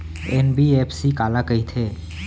NBFC काला कहिथे?